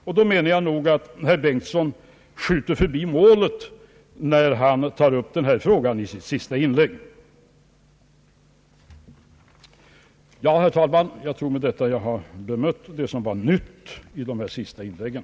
Jag menar att herr Bengtson skjuter över målet, när han tar upp denna fråga i sitt senaste inlägg. Herr talman! Med detta tror jag mig ha bemött det som var nytt i de senaste inläggen.